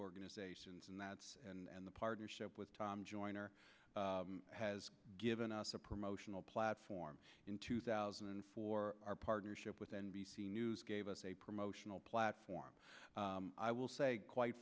organizations and that's and the partnership with tom joyner has given us a promotional platform in two thousand and four our partnership with n b c news gave us a promotional platform i will say quite